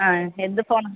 ആ എന്ത് ഫോണാ